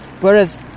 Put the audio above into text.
Whereas